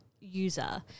user